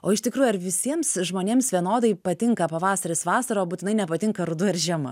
o iš tikrųjų ar visiems žmonėms vienodai patinka pavasaris vasara o būtinai nepatinka ruduo ir žiema